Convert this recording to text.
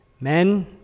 Men